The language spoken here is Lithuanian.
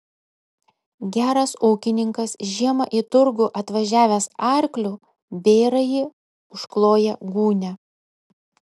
geras ūkininkas žiemą į turgų atvažiavęs arkliu bėrąjį užkloja gūnia